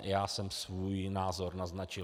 Já jsem svůj názor naznačil.